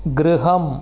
गृहम्